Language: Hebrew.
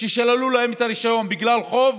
ששללו להם את הרישיון בגלל חוב